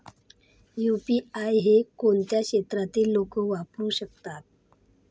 UPI हे कोणत्या क्षेत्रातील लोक वापरू शकतात?